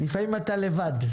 לפעמים אתה לבד.